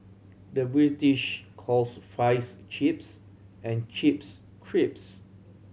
the British calls fries chips and chips crisps